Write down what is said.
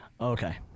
Okay